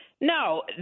No